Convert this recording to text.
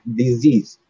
disease